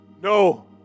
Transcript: No